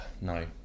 no